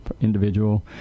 individual